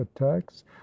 attacks